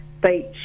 Beach